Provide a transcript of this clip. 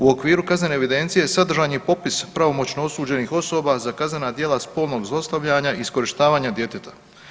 U okviru kaznene evidencije sadržan je popis pravomoćno osuđenih osoba za kaznena djela spolnog zlostavljanja i iskorištavanja djeteta.